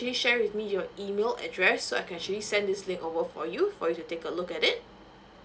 share with me your email address so I can actually send this link over for you for you to take a look at it